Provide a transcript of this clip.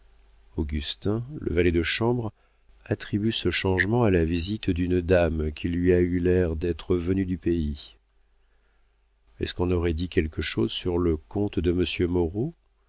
le valet de chambre attribue ce changement à la visite d'une dame qui lui a eu l'air d'être venue du pays est-ce qu'on aurait dit quelque chose sur le compte de monsieur moreau